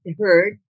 heard